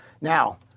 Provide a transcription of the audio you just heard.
Now